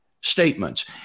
statements